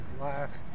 last